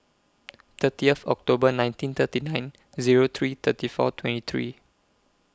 thirtieth October nineteen thirty nine Zero three thirty four twenty three